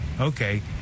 Okay